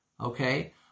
Okay